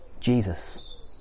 Jesus